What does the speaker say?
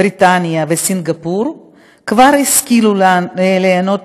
בריטניה וסינגפור כבר השכילו לבנות